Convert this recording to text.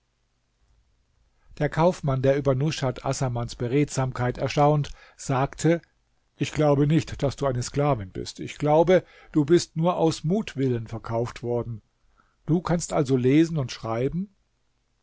der kaufmann über nushat assamans beredsamkeit erstaunt sagte ich glaube nicht daß du eine sklavin bist ich glaube du bist nur aus mutwillen verkauft worden du kannst also lesen und schreiben